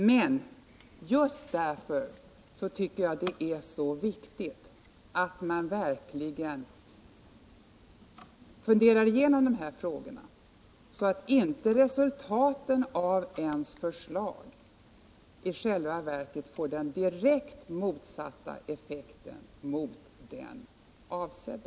Men just därför tycker jag det är så viktigt att man verkligen funderar igenom dessa frågor, så att inte resultatet av ens förslag i själva verket får direkt motsatt effekt mot den avsedda.